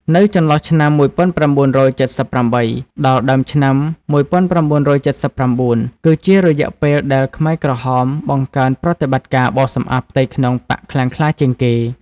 នៅចន្លោះឆ្នាំ១៩៧៨ ដល់ដើមឆ្នាំ១៩៧៩ គឺជារយៈពេលដែលខ្មែរក្រហមបង្កើនប្រតិបត្តិការបោសសំអាតផ្ទៃក្នុងបក្សខ្លាំងក្លាជាងគេ។